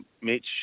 Mitch